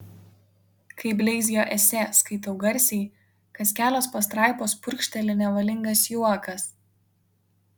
kai bleizgio esė skaitau garsiai kas kelios pastraipos purkšteli nevalingas juokas